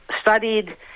studied